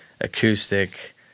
acoustic